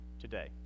today